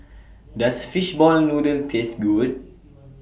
Does Fishball Noodle Taste Good